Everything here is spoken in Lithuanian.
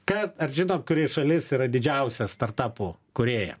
kad ar žinot kuri šalis yra didžiausia startapų kūrėja